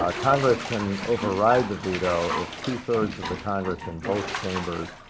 um congress can override the veto if two-thirds of the congress in both chambers